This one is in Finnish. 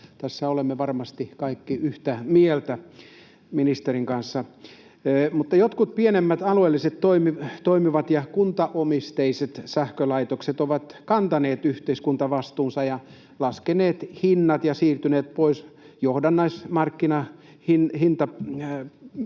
Tässä olemme varmasti kaikki yhtä mieltä ministerin kanssa. Mutta jotkut pienemmät alueellisesti toimivat ja kuntaomisteiset sähkölaitokset ovat kantaneet yhteiskuntavastuunsa ja laskeneet hinnat ja siirtyneet pois johdannaismarkkinahintalaskennasta